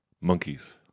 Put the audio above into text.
Monkeys